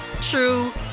true